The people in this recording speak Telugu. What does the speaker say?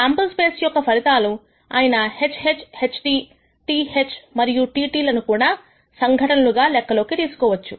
శాంపుల్ స్పేస్ యొక్క ఫలితాలు అయిన HH HT TH మరియు TT లను కూడా సంఘటనలుగా గా లెక్కలోకి తీసుకోవచ్చు